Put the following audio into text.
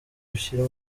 ushyire